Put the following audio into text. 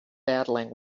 battling